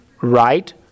right